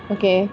okay